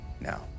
now